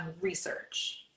research